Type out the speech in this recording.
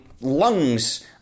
lungs